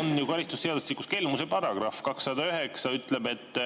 on karistusseadustikus kelmuse paragrahv 209, mis ütleb, et